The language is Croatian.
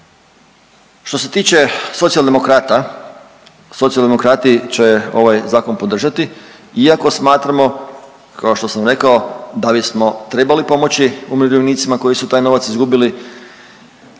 Što se tiče Socijaldemokrata, Socijaldemokrati će ovaj Zakon podržati iako smatramo, kao što sam rekao, da bismo trebali pomoći umirovljenicima koji su taj novac izgubili,